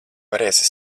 varēsi